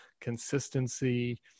consistency